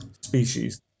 species